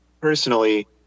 personally